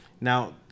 now